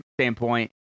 standpoint